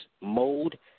mode